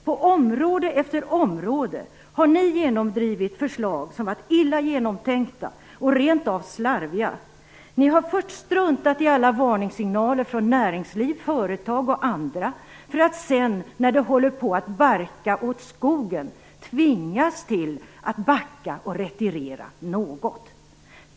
På område efter område har ni genomdrivit förslag som varit illa genomtänkta och rent av slarviga. Ni har först struntat i alla varningssignaler från näringsliv, företag och andra för att sedan, när det håller på att barka åt skogen, tvingats till att backa och retirera något.